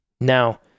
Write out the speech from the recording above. Now